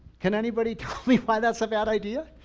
can anybody tell me why that's a bad idea?